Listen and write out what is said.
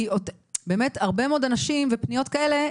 כי באמת הרבה מאוד אנשים ופניות כאלה,